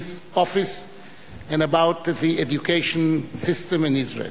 office and about the education system in Israel.